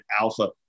Alpha